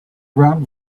ground